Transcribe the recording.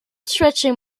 stretching